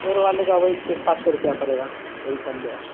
چور والے کا وہی چھ سات سو روپیہ پڑے گا یہی سب میں ہے